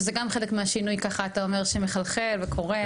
שזה גם חלק מהשינוי, ככה אתה אומר, שמחלחל וקורה.